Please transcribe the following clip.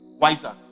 wiser